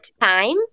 time